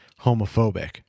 homophobic